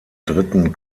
dritten